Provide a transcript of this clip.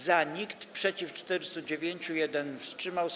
Za nikt, przeciw - 409, 1 wstrzymał się.